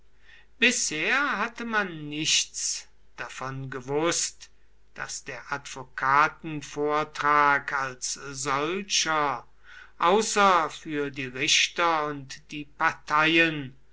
bisher hatte man nichts davon gewußt daß der advokatenvortrag als solcher außer für die richter und die parteien